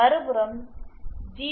மறுபுறம் ஜி